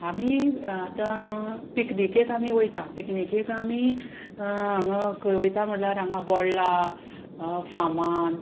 आमी आतां पिकनिकेक आमी वयता पिकनिकेक आमी हांगा खंय वयता म्हणल्यार हांगा बोंडला फार्मान